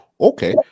Okay